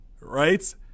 right